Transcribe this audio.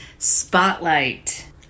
Spotlight